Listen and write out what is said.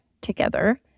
together